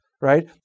right